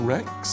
Rex